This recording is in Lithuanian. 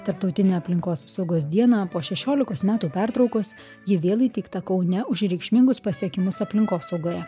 tarptautinę aplinkos apsaugos dieną po šešiolikos metų pertraukos ji vėl įteikta kaune už reikšmingus pasiekimus aplinkosaugoje